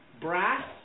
brass